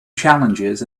challenges